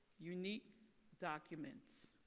unique documents